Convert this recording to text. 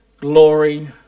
Glory